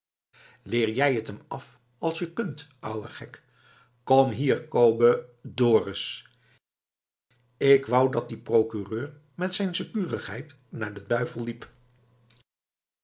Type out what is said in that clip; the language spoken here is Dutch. leer jij t hem af als je kunt ouwe gek kom hier kobu dorus k wou dat die procureur met zijn securigheid naar den duivel liep